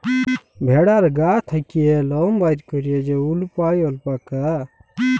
ভেড়ার গা থ্যাকে লম বাইর ক্যইরে যে উল পাই অল্পাকা